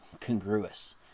congruous